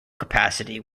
capacity